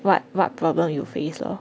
what what problem you face lor